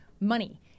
money